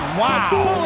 wow